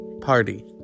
party